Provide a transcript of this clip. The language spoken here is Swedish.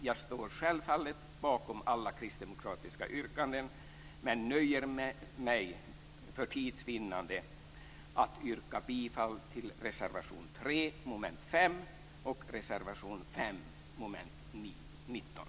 Jag står självfallet bakom alla kristdemokratiska yrkanden, men för tids vinnande nöjer jag mig med att yrka bifall till reservation nr 3 under mom. 5 och reservation nr 5 under mom. 19.